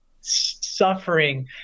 suffering